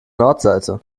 nordseite